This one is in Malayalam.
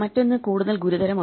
മറ്റൊന്ന് കൂടുതൽ ഗുരുതരമാണ്